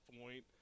point